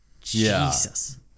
Jesus